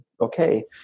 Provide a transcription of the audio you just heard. okay